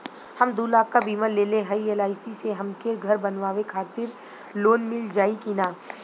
हम दूलाख क बीमा लेले हई एल.आई.सी से हमके घर बनवावे खातिर लोन मिल जाई कि ना?